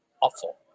awful